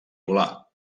volar